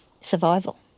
survival